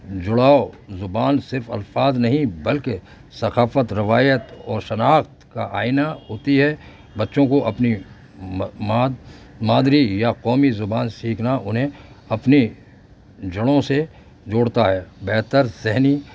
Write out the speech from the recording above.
جڑاؤ زبان صرف الفاظ نہیں بلکہ ثقافت روایت اور شناخت کا آئینہ ہوتی ہے بچوں کو اپنی مادری یا قومی زبان سیکھنا انہیں اپنی جڑوں سے جوڑتا ہے بہتر ذہنی